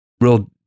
real